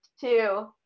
two